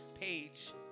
page